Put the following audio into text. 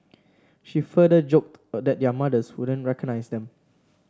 she further joked that their mothers wouldn't recognise them